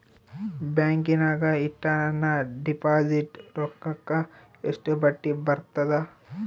ಬ್ಯಾಂಕಿನಾಗ ಇಟ್ಟ ನನ್ನ ಡಿಪಾಸಿಟ್ ರೊಕ್ಕಕ್ಕ ಎಷ್ಟು ಬಡ್ಡಿ ಬರ್ತದ?